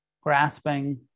grasping